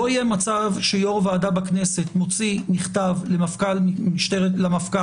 לא יהיה מצב שיו"ר ועדה בכנסת מוציא מכתב למפכ"ל על